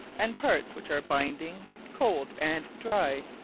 and parts which are binding, cold and dry,